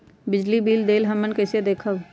बिजली बिल देल हमन कईसे देखब?